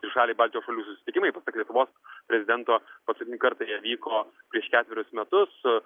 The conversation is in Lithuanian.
trišaliai baltijos šalių susitikimai lietuvos prezidento paskutinį kartą jie vyko prieš ketverius metus